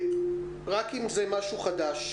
רק אם זה משהו חדש,